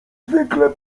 zwykle